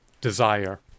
desire